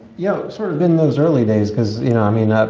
you know, sort of in those early days cause you know, i mean, ah